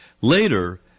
Later